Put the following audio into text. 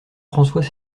françois